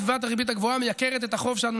סביבת הריבית הגבוהה מייקרת את החוב שאנחנו